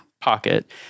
pocket